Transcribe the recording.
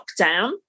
lockdown